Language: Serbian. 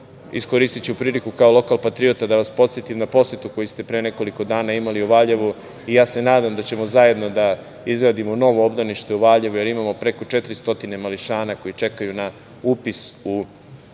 iskoristiću priliku kao lokal patriota da vas podsetim na posetu koju ste pre nekoliko dana imali u Valjevu, ja se nadam da ćemo zajedno da izgradimo novo obdanište u Valjevu, jer imamo preko 400 mališana koji čekaju na upis u